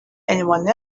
anyone